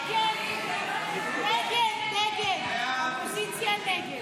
סעיף 20, כהצעת הוועדה,